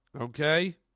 Okay